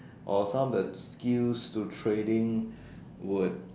or some of the skills to trading would